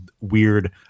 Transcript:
weird